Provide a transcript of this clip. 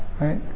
right